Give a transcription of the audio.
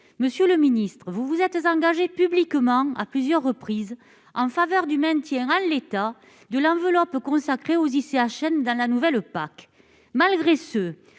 Monsieur le ministre, vous vous êtes engagé publiquement à plusieurs reprises en faveur du maintien en l'état de l'enveloppe consacrée à l'ICHN dans la nouvelle PAC. Malgré cela,